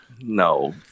No